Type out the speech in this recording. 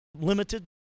limited